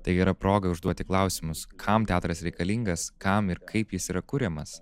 tai yra proga užduoti klausimus kam teatras reikalingas kam ir kaip jis yra kuriamas